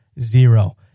zero